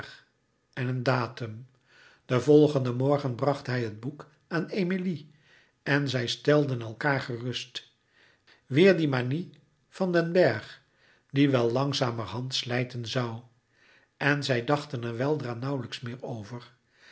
en een datum den volgenden morgen bracht hij het boek aan emilie en zij stelden elkaâr gerust weêr die manie van den bergh die wel langzamerhand slijten zoû en zij dachten er weldra nauwlijks meer over